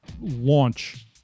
launch